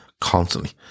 constantly